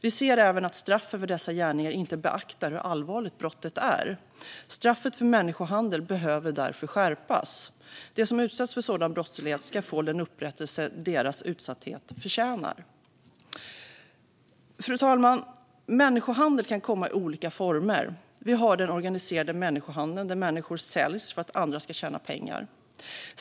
Vi ser även att straffen för dessa gärningar inte beaktar hur allvarligt brottet är. Straffet för människohandel behöver därför skärpas. De som utsätts för sådan brottslighet ska få den upprättelse deras utsatthet förtjänar. Fru talman! Människohandel kan komma i olika former. Vi har den organiserade människohandeln där människor säljs för att andra ska tjäna pengar.